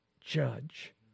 judge